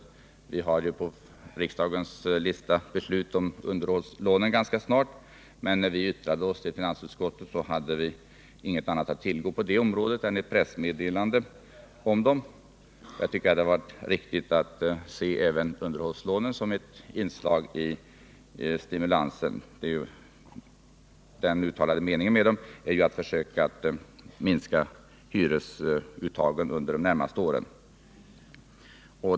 Riksdagen har ju att fatta beslut ganska snart om underhållslånen, men när vi yttrade oss till finansutskottet hade vi inget annat att tillgå om detta än ett pressmeddelande. Jag tycker att det hade varit riktigt att se även underhållslånen som ett inslag i stimulansåtgärderna. Den uttalade meningen med dem är ju att försöka minska hyresuttagen under de närmaste åren.